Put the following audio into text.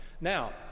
Now